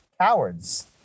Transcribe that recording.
cowards